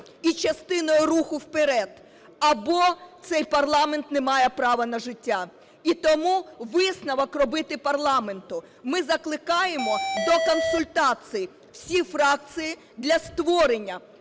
і частиною руху вперед, або цей парламент не має права на життя. І тому висновок робити парламенту. Ми закликаємо до консультацій всі фракції для створення